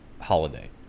holiday